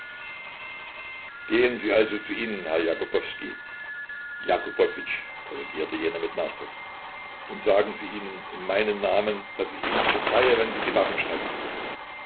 gehen sie also zu ihnen herr jakubowskij jakubowitsch korrigierte jener mit nachdruck und sagen sie ihnen in meinem namen daß ich ihnen verzeihe wenn sie die waffen strecken